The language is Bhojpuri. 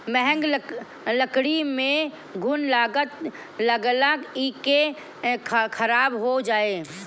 महँग लकड़ी में घुन लगला से इ खराब हो जाई